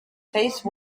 face